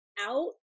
out